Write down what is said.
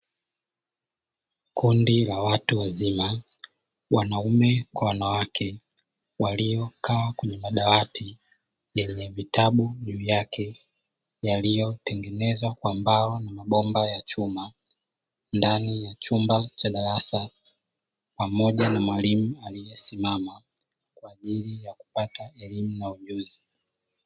Kundi la watu wazima, wanaume kwa wanawake, waliokaa kwenye madawati yenye vitabu juu yake, yaliyotengenezwa kwa mbao na mabomba ya chuma ndani ya chumba cha darasa, pamoja na mwalimu aliyesiamama kwa ajili ya kupata elimu na ujuzi.